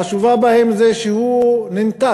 החשובה בהן היא שהוא ננטש.